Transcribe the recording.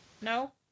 No